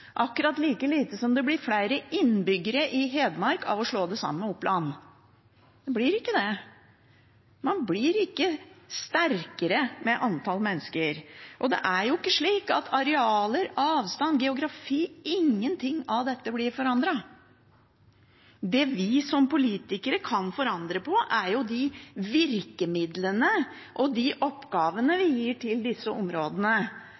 akkurat like lite som det blir flere innbyggere i Hedmark av å slå det sammen med Oppland. Det blir ikke det. Man blir ikke sterkere med antall mennesker. Det er ikke slik at arealer, avstand og geografi blir forandret. Ingenting av dette blir forandret. Det vi som politikere kan forandre på, er de virkemidlene og de oppgavene vi gir til disse områdene,